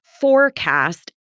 forecast